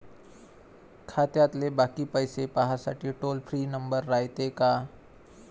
खात्यातले बाकी पैसे पाहासाठी टोल फ्री नंबर रायते का?